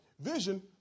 vision